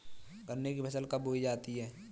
गन्ने की फसल कब बोई जाती है?